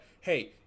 hey